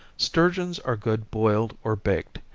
sturgeons are good boiled or baked,